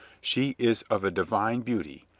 she is of a divine beauty,